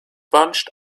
bunched